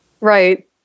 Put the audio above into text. right